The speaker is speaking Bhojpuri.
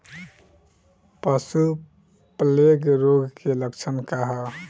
पशु प्लेग रोग के लक्षण का ह?